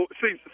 see